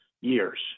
years